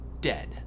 dead